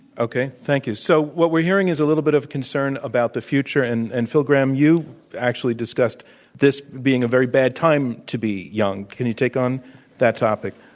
okay. thank you. so what we're hearing is a little bit of concern about the future. and and phil gramm, you actually discussed this being a very bad time to be young. can you take on that topic?